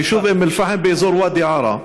היישוב אום-אלפחם באזור ואדי-עארה.